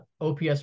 OPS